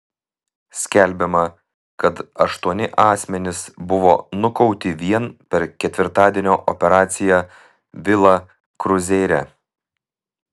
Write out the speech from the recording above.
skelbiama kad aštuoni asmenys buvo nukauti vien per ketvirtadienio operaciją vila kruzeire